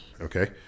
okay